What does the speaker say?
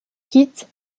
quitte